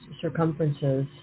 circumferences